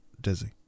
Dizzy